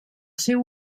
seu